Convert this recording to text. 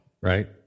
Right